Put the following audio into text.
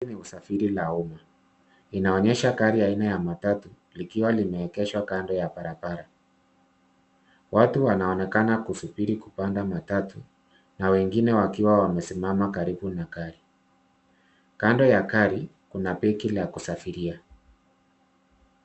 Hili ni usafiri la umma. Inaonyesha gari ya aina ya matatu likiwa limeegeshwa kando ya barabara. Watu wanaonekana kusubiri kupanda matatu na wengine wakiwa wamesimama karibu na gari. Kando ya gari kuna begi la kusafiria.